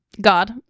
God